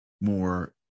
more